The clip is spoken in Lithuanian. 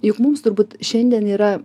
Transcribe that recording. juk mums turbūt šiandien yra